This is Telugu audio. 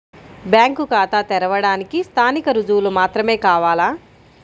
బ్యాంకు ఖాతా తెరవడానికి స్థానిక రుజువులు మాత్రమే కావాలా?